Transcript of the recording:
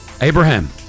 Abraham